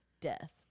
death